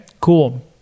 cool